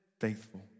faithful